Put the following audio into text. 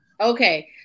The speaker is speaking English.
Okay